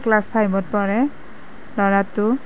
class ফাইভত পঢ়ে ল'ৰাটো